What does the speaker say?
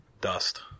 dust